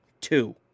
two